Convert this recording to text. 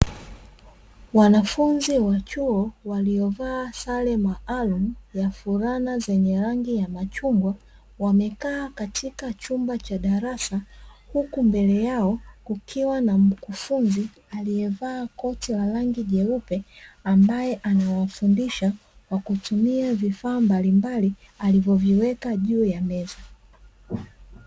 Wanafunzi wa chuo, waliovaa sare maalumu, ya fulana zenye rangi ya machungwa, wamekaa katika chumba cha darasa, huku mbele yao kukiwa na mkufunzi aliyevaa koti la rangi jeupe, ambaye anawafundisha kwa kutumia vifaa mbalimbali alivyoviweka juu ya meza.